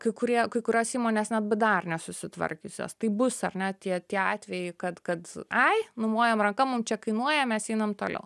kai kurie kai kurios įmonės net bėdar nesusitvarkiusios tai bus ar net tie tie atvejai kad kad ai numojam ranka mum čia kainuoja mes einam toliau